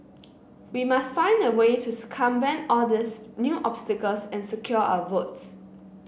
we must find a way to circumvent all these new obstacles and secure our votes